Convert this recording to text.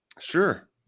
Sure